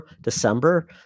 December